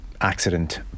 accident